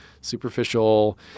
superficial